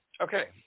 Okay